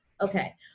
okay